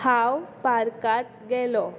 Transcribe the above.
हांव पार्कात गेलो